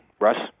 Russ